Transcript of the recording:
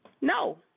No